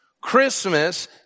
Christmas